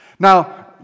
Now